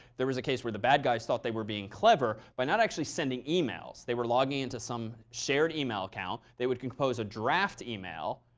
there was a case where the bad guys thought they were being clever by not actually sending emails. they were logging into some shared email account. they would compose a draft email,